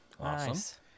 Awesome